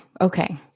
Okay